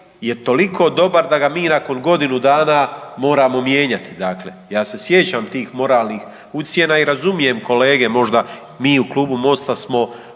je toliko dobar da ga mi nakon godinu dana moramo mijenjati. Ja se sjećam tih moralnih ucjena i razumijem kolege, možda mi u klubu Mosta smo